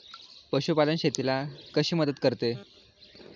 पशुपालन शेतीला कशी मदत करते?